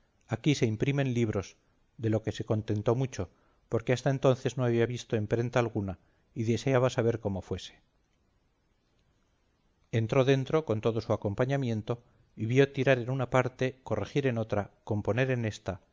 aquí se imprimen libros de lo que se contentó mucho porque hasta entonces no había visto emprenta alguna y deseaba saber cómo fuese entró dentro con todo su acompañamiento y vio tirar en una parte corregir en otra componer en ésta